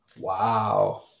Wow